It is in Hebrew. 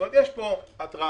כלומר יש פה התרעה,